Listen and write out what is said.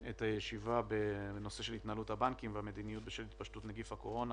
את הישיבה בנושא של התנהלות הבנקים והמדיניות בשל התפשטות נגיף הקורונה